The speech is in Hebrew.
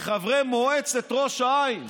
לחברי מועצת ראש העין,